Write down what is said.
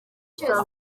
cyose